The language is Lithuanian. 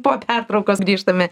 po pertraukos grįžtame